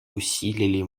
усилили